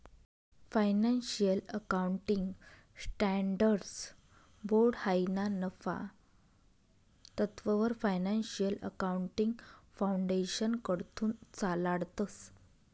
financial accounting standards board हायी ना नफा तत्ववर फायनान्शियल अकाउंटिंग फाउंडेशनकडथून चालाडतंस